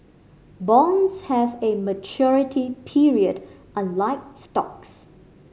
bonds have a maturity period unlike stocks